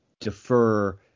defer